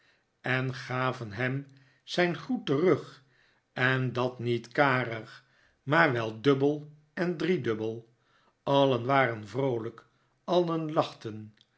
en gaven hem zijn groet terug en dat niet karig maar wel dubbel en driedubbel allen waren vroolijk alien laehten